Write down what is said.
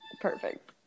Perfect